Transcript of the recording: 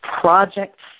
projects